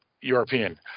European